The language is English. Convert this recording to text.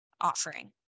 offering